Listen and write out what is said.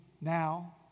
now